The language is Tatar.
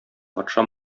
патша